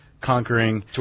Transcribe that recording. Conquering